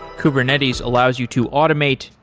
kubernetes allows you to automate,